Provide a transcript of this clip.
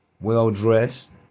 Well-dressed